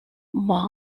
mois